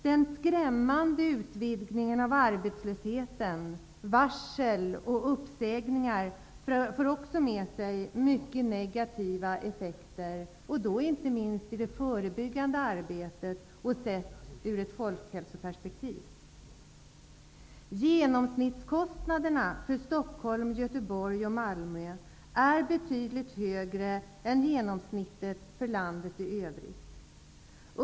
Den skrämmande utvidgningen av arbetslösheten, varsel och uppsägningar för också med sig mycket negativa effekter. Det gäller inte minst det förebyggande arbetet sett ur ett folkhälsoperspektiv. Genomsnittskostnaderna i Stockholm, Göteborg och Malmö är betydligt högre än för landet i övrigt.